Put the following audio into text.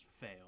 fail